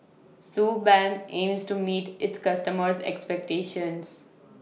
Suu Balm aims to meet its customers' expectations